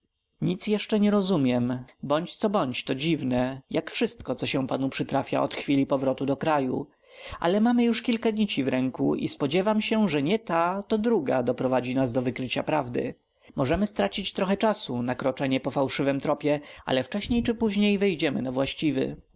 nic jeszcze nie rozumiem bądź co bądź to dziwne jak wszystko co się panu przytrafia od chwili powrotu do kraju ale mamy już kilka nici w ręku i spodziewam się że nie ta to druga doprowadzi nas do wykrycia prawdy możemy stracić trochę czasu na kroczeniu po fałszywym tropie ale wcześniej czy później wejdziemy na właściwy